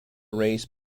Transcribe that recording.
race